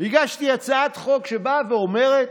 הגשתי הצעת חוק שבאה ואומרת